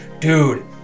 dude